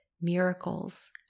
miracles